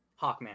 Hawkman